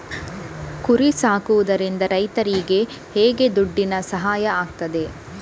ಕುರಿ ಸಾಕುವುದರಿಂದ ರೈತರಿಗೆ ಹೇಗೆ ದುಡ್ಡಿನ ಸಹಾಯ ಆಗ್ತದೆ?